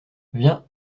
viens